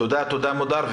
תודה, מודר.